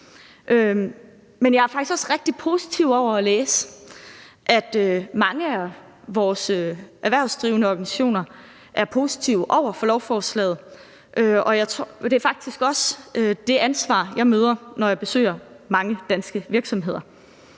men det er faktisk også rigtig positivt at læse, at mange af vores erhvervsdrivende organisationer er positive over for lovforslaget. Det er faktisk også det ansvar, jeg møder, når jeg besøger mange danske virksomheder.